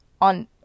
on